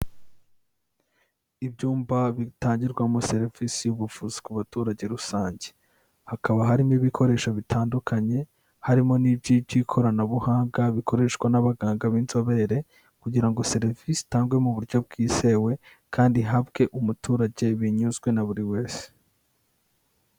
Ibyumba bitangirwamo servisi y'ubuvuzi ku baturage rusange, hakaba harimo ibikoresho bitandukanye harimo n'iby'ikoranabuhanga bikoreshwa n'abaganga b'inzobere kugira ngo serivisi itangwe mu buryo bwizewe kandi ihabwe umuturage binyuzwe na buri wese.